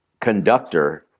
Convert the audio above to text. conductor